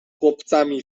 chłopcami